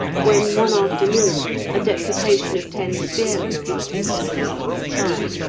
when one afternoon a deputation of ten spearmen arrived from a distant tribe,